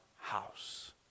house